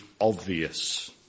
obvious